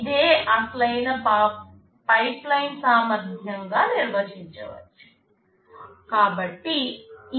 ఇదే అసలైన పైప్లైన్ సామర్థ్యంగా నిర్వచించవచ్చు